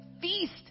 feast